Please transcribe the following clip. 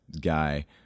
guy